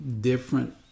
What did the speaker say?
different